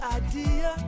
idea